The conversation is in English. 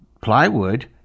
plywood